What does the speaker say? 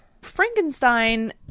frankenstein